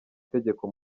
tegeko